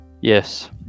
Yes